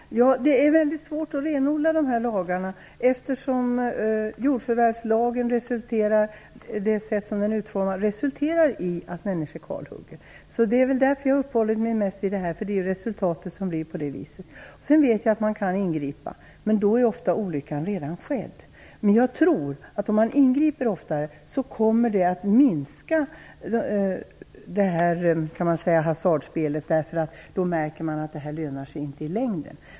Herr talman! Det är väldigt svårt att renodla dessa lagar, eftersom jordförvärvslagen på det sätt som den är utformad resulterar i att människor kalhugger. Eftersom detta blir resultatet har jag mest uppehållit mig vid denna fråga. Jag vet att man kan ingripa, men då har olyckan ofta redan skett. Men jag tror att om man ingriper oftare så kommer detta s.k. hasardspel att minska, därför att man då märker att det inte lönar sig i längden.